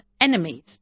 enemies